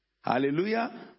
Hallelujah